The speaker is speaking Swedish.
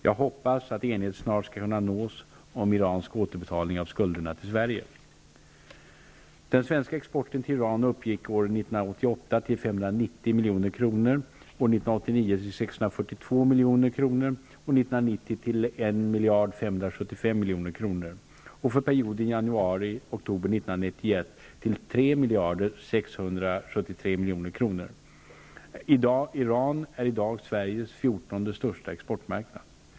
Jag hoppas att enighet snart skall kunna nås om iransk återbe talning av skulderna till Sverige. till 3 673 milj.kr. Iran är i dag Sveriges 14:e exportmarknad.